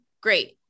Great